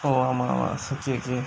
oh ஆமா ஆமா:aamaa aamaa it's okay okay